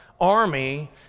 army